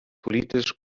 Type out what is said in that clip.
politisch